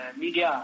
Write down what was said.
media